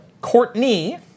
Courtney